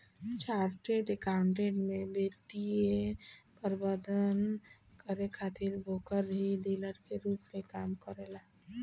chartered accountant में वित्तीय प्रबंधन करे खातिर ब्रोकर ही डीलर के रूप में काम करेलन